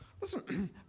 Listen